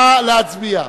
נא להצביע.